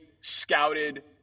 scouted